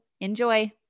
Enjoy